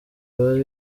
bari